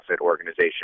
organization